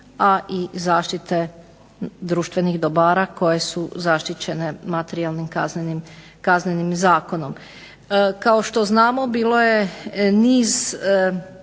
a i zaštite društvenih dobara koje su zaštićene materijalnim kaznenim zakonom. Kao što znamo bilo je niz